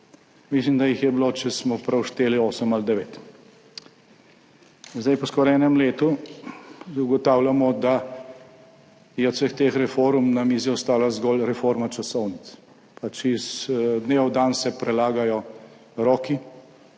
Mislim, da jih je bilo, če smo prav šteli, osem ali devet. Zdaj, po skoraj enem letu ugotavljamo, da je od vseh teh reform na mizi ostala zgolj reforma časovnic. Iz dneva v dan se prelagajo roki